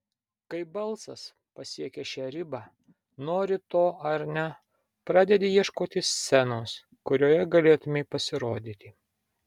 kai balsas pasiekia šią ribą nori to ar ne pradedi ieškoti scenos kurioje galėtumei pasirodyti